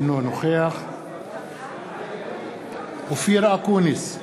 אינו נוכח אופיר אקוניס,